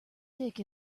sick